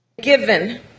given